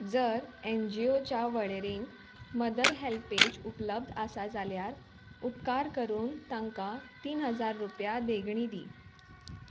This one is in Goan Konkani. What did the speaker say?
जर एन जी ओ च्या वळेरेंत मदर हेल्पेज उपलब्ध आसा जाल्यार उपकार करून तांकां तीन हजार रुपया देगणी दी